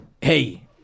Hey